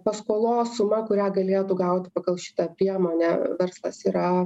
paskolos suma kurią galėtų gaut pagal šitą priemonę verslas yra